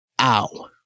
Ow